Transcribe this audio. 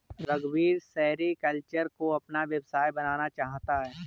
रघुवीर सेरीकल्चर को अपना व्यवसाय बनाना चाहता है